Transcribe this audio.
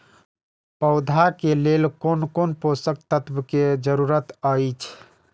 पौधा के लेल कोन कोन पोषक तत्व के जरूरत अइछ?